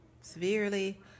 severely